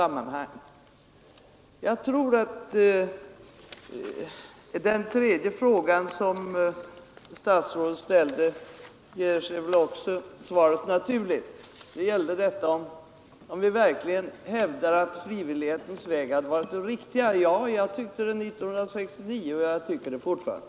Även på statsrådets tredje fråga tror jag att svaret ger sig naturligt — det gällde frågan om vi verkligen hävdar att frivillighetens väg varit den riktiga. Ja, jag tyckte det 1969, och jag tycker det fortfarande.